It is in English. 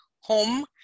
home